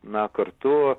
na kartu